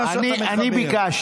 זה היה הוויכוח.